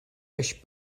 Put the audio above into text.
peix